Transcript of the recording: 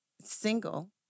single